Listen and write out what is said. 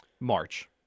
March